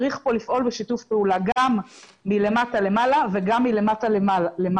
צריך פה לפעול בשיתוף פעולה גם מלמטה למעלה וגם מלמעלה למטה.